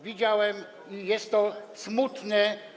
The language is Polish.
Widziałem, jest to smutne.